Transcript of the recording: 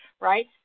right